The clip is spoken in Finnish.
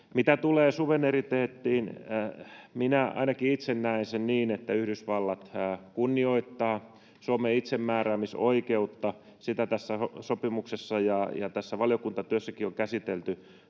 Mitä tulee suvereniteettiin, niin minä ainakin itse näen sen niin, että Yhdysvallat kunnioittaa Suomen itsemääräämisoikeutta. Sitä tässä sopimuksessa ja tässä valiokuntatyössäkin on käsitelty